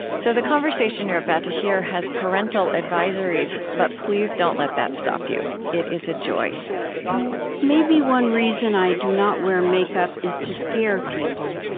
so the conversation you're about to hear has parental advisories, but please don't let that stop you it is a joy maybe one reason i do not wear makeup is to scare people.